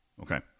Okay